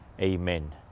Amen